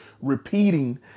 repeating